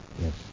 Yes